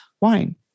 wine